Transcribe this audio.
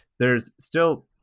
there is still,